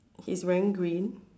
he's wearing green